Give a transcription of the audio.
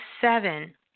seven